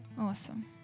Awesome